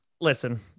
listen